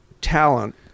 talent